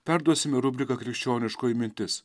perduosime rubriką krikščioniškoji mintis